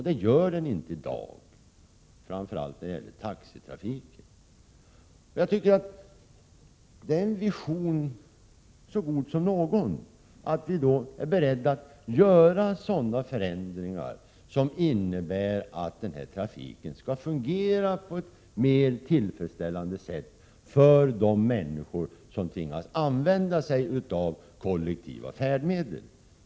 Det gör den inte i dag — framför allt när det gäller taxetrafiken. Jag tycker det är en vision så god som någon att vi är beredda att göra sådana förändringar som innebär att den här trafiken skall fungera på ett mer tillfredsställande sätt för de människor som tvingas använda sig av kollektiva färdmedel.